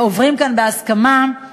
אזרחי מדינת ישראל,